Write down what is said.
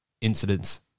incidents